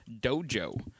dojo